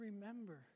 remember